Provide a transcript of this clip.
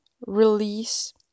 release